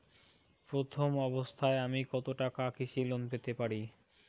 প্রথম অবস্থায় আমি কত টাকা কৃষি লোন পেতে পারি?